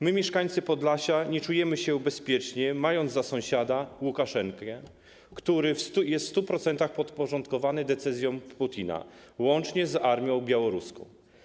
My, mieszkańcy Podlasia, nie czujemy się bezpiecznie, mając za sąsiada Łukaszenkę, który jest w 100% podporządkowany decyzjom Putina, łącznie z armią białoruską.